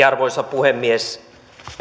arvoisa puhemies